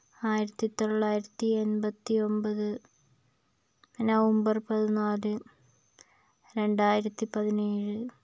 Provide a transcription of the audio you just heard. ആയിരത്തി തൊള്ളായിരത്തി എൺമ്പത്തി ഒൻപത് നവംബർ പതിനാല് രണ്ടായിരത്തി പതിനേഴ്